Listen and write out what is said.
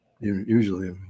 Usually